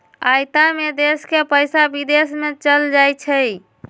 आयात में देश के पइसा विदेश में चल जाइ छइ